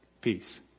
peace